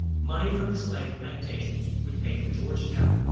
money from the slave plantations would pay for georgetown,